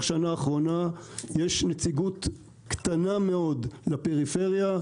שנה אחרונה יש נציגות קטנה מאוד לפריפריה,